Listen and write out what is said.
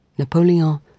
Napoleon